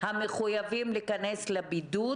המחויבים להיכנס לבידוד,